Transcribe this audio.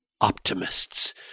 optimists